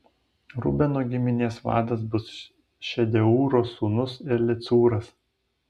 rubeno giminės vadas bus šedeūro sūnus elicūras